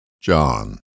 John